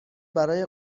برای